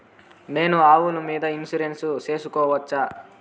నేను ఆవుల మీద ఇన్సూరెన్సు సేసుకోవచ్చా?